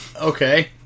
Okay